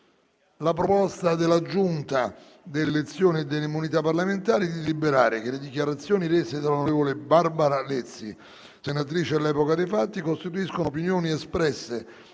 proposta della Giunta delle elezioni e delle immunità parlamentari di deliberare che le dichiarazioni rese dall'onorevole Barbara Lezzi, senatrice all'epoca dei fatti, costituiscono opinioni espresse